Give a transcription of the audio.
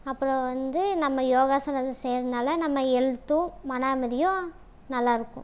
அப்புறம் வந்து நம்ம யோகாசனம் செய்யறதுனால நம்ம ஹெல்த்தும் மன அமைதியும் நல்லாயிருக்கும்